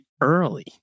early